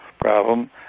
problem